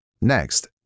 Next